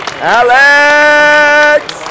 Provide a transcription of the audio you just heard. Alex